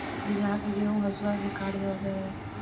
बीघहा के गेंहू हसुआ से काट देवत रहे